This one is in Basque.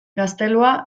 gaztelua